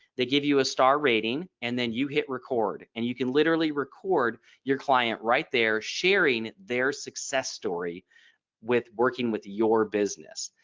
they give you a star rating and then you hit record and you can literally record your client right there sharing their success story with working with your business.